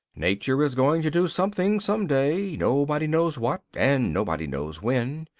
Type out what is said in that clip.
nature is going to do something some day nobody knows what, and nobody knows when.